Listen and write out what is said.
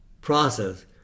process